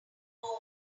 over